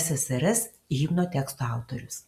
ssrs himno teksto autorius